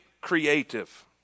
creative